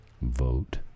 Vote